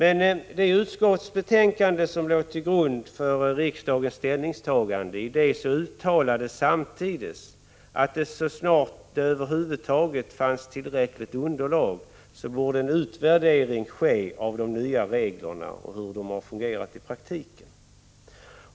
I det utskottsbetänkande som låg till grund för riksdagens ställningstagande uttalades samtidigt att så snart det över huvud taget fanns tillräckligt underlag borde en utvärdering ske av de nya reglerna för att se hur de fungerat i praktiken.